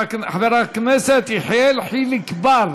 חבר הכנסת יחיאל חיליק בר,